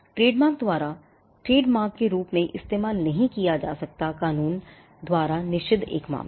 trademark द्वारा trademark के रूप में इस्तेमाल नहीं किया जा सकता कानून द्वारा निषिद्ध एक मामला